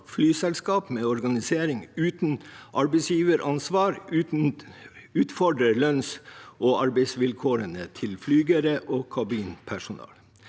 flyselskap med en organisering uten arbeidsgiveransvar utfordrer lønnsog arbeidsvilkårene til flygere og kabinpersonale.